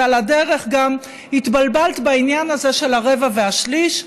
ועל הדרך גם התבלבלת בעניין הזה של הרבע והשליש.